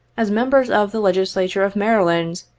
as members of the legislature of maryland,